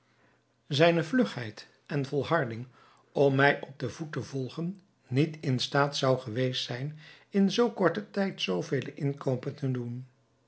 zijne vlugheid en volharding om mij op den voet te volgen niet in staat zou geweest zijn in zoo korten tijd zoovele inkoopen te doen